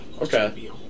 Okay